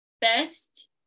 best